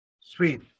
Sweet